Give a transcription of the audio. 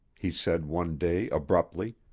he said one day abruptly.